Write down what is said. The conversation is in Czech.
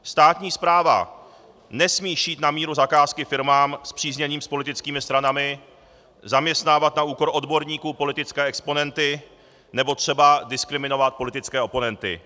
Státní správa nesmí šít na míru zakázky firmám spřízněným s politickými stranami, zaměstnávat na úkor odborníků politické exponenty nebo třeba diskriminovat politické oponenty.